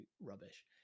rubbish